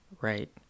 Right